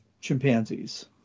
chimpanzees